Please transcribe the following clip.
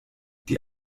die